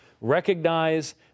recognize